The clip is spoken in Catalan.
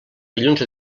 dilluns